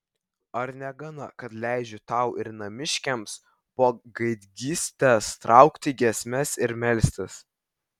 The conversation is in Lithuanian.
ar negana kad leidžiu tau ir namiškiams po gaidgystės traukti giesmes ir melstis